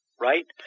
right